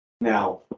Now